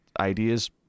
ideas